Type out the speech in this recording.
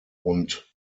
und